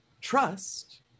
trust